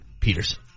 Peterson